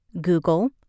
Google